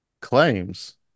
claims